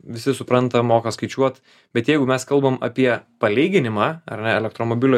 visi supranta moka skaičiuot bet jeigu mes kalbam apie palyginimą ar ne elektromobilio